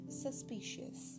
suspicious